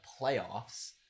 playoffs